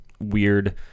weird